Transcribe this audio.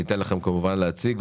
אני אתן לכם כמובן להציג,